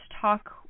talk